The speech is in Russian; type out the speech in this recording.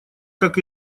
как